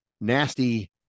nasty